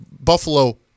Buffalo